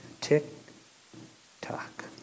tick-tock